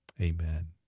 Amen